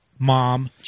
mom